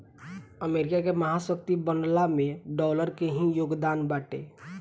America के महाशक्ति बनला में डॉलर के ही योगदान बाटे